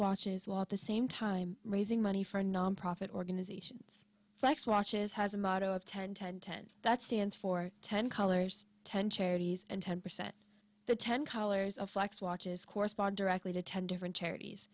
launches while at the same time raising money for a nonprofit organization frex watches has a motto of ten ten ten that stands for ten colors ten charities and ten percent the ten colors of flax watches correspond directly to ten different charities